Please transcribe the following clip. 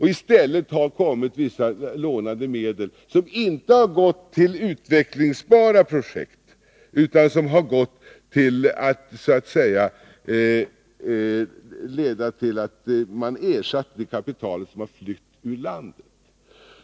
I stället har det kommit vissa lånade medel, som inte har gått till utvecklingsbara projekt utan som har inneburit att man ersatt det kapital som har flytt ur landet.